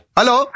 Hello